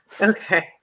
Okay